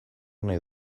nahi